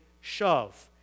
shove